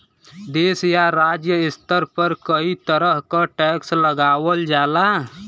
देश या राज्य स्तर पर कई तरह क टैक्स लगावल जाला